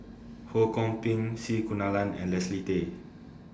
Ho Kwon Ping C Kunalan and Leslie Tay